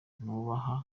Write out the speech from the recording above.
nubaha